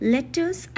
Letters